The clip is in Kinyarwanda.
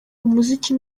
umuziki